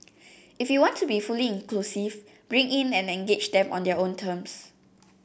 if you want to be fully inclusive bring in and engage them on their own terms